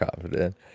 confident